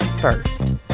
first